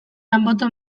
anboto